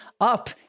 up